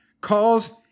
Calls